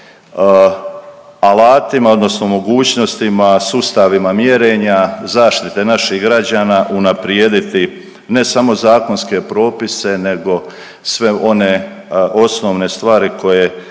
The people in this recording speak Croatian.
alatima odnosno mogućnosti sustavima mjerenja zaštite naših građana unaprijediti ne samo zakonske propise nego sve one osnovne stvari koje